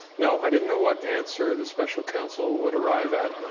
no, i didn't know what answer the special counsel would arrive at.